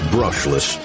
Brushless